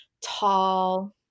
tall